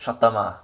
short term ah